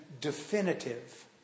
definitive